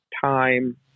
time